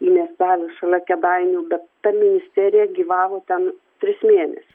į miestelį šalia kėdainių bet ta ministerija gyvavo ten tris mėne